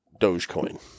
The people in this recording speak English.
Dogecoin